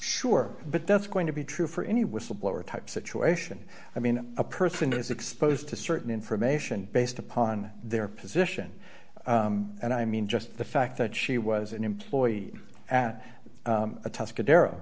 sure but that's going to be true for any whistleblower type situation i mean a person is exposed to certain information based upon their position and i mean just the fact that she was an employee at